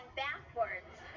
backwards